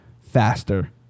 faster